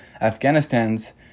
AfghaniStan's